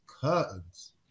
curtains